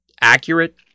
accurate